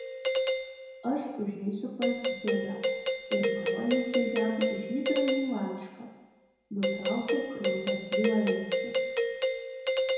aš užeisiu pas dzigą ir parodysiu jam žydrąjį laišką nutraukė kraupią tylą justas